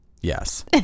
Yes